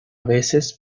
veces